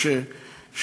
משה,